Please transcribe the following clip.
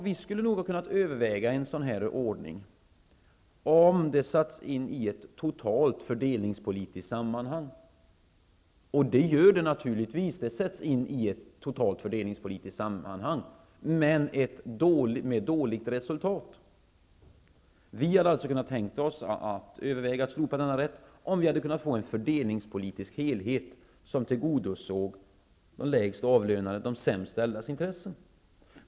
Vi skulle nog ha kunnat överväga en sådan ordning om den satts in i ett totalt fördelningspolitiskt sammanhang. Det gör den naturligtvis. Den sätts in i ett totalt fördelningspolitiskt sammanhang, men med dåligt resultat. Vi hade kunnat tänka oss att överväga att slopa denna rätt om vi hade kunnat få en fördelningspolitisk helhet som tillgodosåg de lägst avlönades och de sämst ställdas intressen.